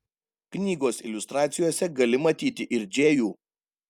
knygos iliustracijose gali matyti ir džėjų